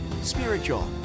spiritual